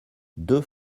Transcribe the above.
deux